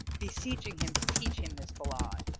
beseeching him to teach him this ballade.